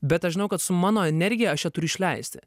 bet aš žinau kad su mano energija aš ją turi išleisti